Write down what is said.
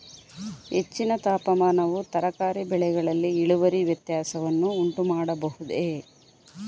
ಹೆಚ್ಚಿನ ತಾಪಮಾನವು ತರಕಾರಿ ಬೆಳೆಗಳಲ್ಲಿ ಇಳುವರಿ ವ್ಯತ್ಯಾಸವನ್ನು ಉಂಟುಮಾಡಬಹುದೇ?